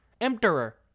Emperor